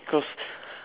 cause